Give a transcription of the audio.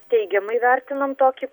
teigiamai vertinam tokį